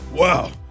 Wow